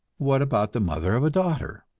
what about the mother of a daughter?